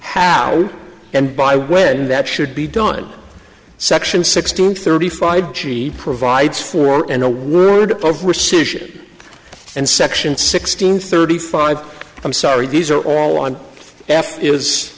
how and by when that should be done on section sixteen thirty five she provides for and a world of rescission and section sixteen thirty five i'm sorry these are all on